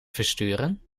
versturen